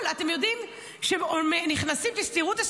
אתם יודעים, כשתראו את הסרטונים,